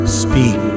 speak